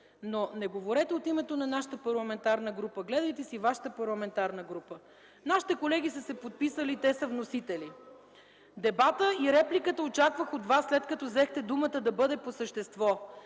Но не говорете от името на нашата парламентарна група – гледайте си вашата парламентарна група. Нашите колеги са се подписали – те са вносители. (Реплики от КБ.) Дебатът и репликата очаквах от вас, след като взехте думата да бъде по същество.